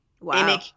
wow